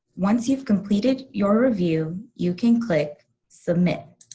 once you've completed your review, you can click submit.